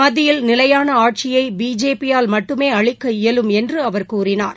மத்தியில் நிலையான ஆட்சியை பிஜேபி யால் மட்டுமே அளிக்க இயலும் என்று அவர் கூறினார்